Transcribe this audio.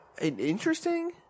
interesting